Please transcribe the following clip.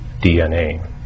DNA